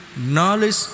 Knowledge